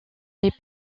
les